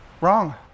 Wrong